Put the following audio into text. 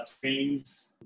dreams